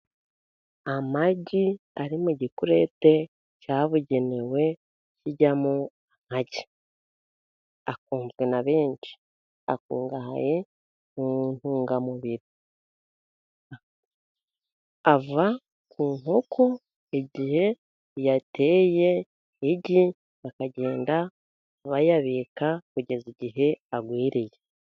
Amagi ari mu gikurete cyabugenewe kijyamo amagi, akunzwe na benshi, akungahaye kuntungamubiri, ava ku nkoko igihe yateye igi, bakagenda bayabika kugeza igihe agwiriye.